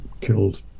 killed